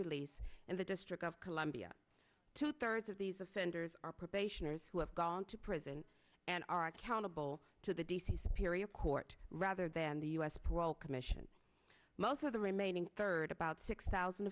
release and the district of columbia two thirds of these offenders are probationers who have gone to prison and are accountable to the d c superior court rather than the us parole commission most of the remaining third about six thousand